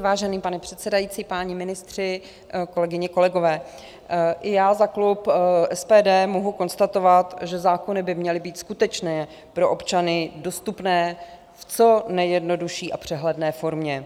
Vážený pane předsedající, páni ministři, kolegyně, kolegové, i já za klub SPD mohu konstatovat, že zákony by měly být skutečně pro občany dostupné v co nejjednodušší a přehledné formě.